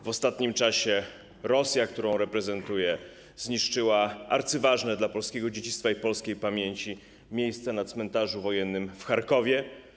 W ostatnim czasie Rosja, którą reprezentuje, zniszczyła arcyważne dla polskiego dziedzictwa i polskiej pamięci miejsce na cmentarzu wojennym w Charkowie.